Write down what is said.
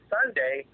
Sunday